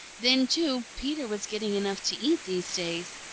then, too, peter was getting enough to eat these days.